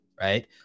right